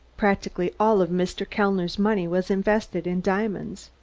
practically all of mr. kellner's money was invested in diamonds.